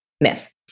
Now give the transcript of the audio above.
myth